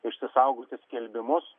išsisaugoti skelbimus